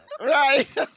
Right